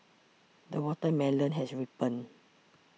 the watermelon has ripened